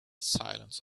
silence